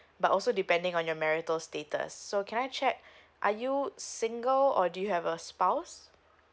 but also depending on your marital status so can I check are you single or do you have a spouse